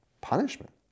punishment